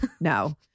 no